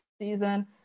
season